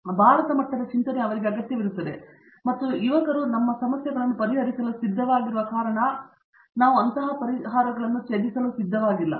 ಎಂದು ಭಾರತ ಮಟ್ಟದ ಚಿಂತನೆ ಅವರಿಗೆ ಅಗತ್ಯವಿರುತ್ತದೆ ಮತ್ತು ಯುವಕರು ನಮ್ಮ ಸಮಸ್ಯೆಗಳನ್ನು ಪರಿಹರಿಸಲು ಸಿದ್ಧವಾಗಿರುವ ಕಾರಣ ನಾವು ಆ ಪರಿಹಾರಗಳನ್ನು ತ್ಯಜಿಸಲು ಸಿದ್ಧವಾಗಿಲ್ಲ